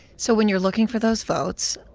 so when you're looking for those votes,